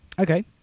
Okay